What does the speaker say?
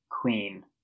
Queen